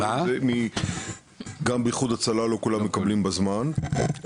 גם באיחוד הצלה לא מקבלים בזמן,